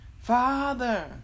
Father